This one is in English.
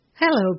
hello